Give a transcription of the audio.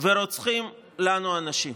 ורוצחים לנו אנשים.